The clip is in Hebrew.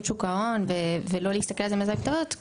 שוק ההון ולא להסתכל על זה מהזווית הזאת,